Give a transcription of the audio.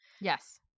yes